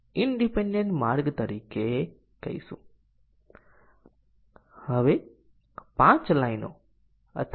condition આપણો અર્થ છે એટોમિક કન્ડીશન ઓ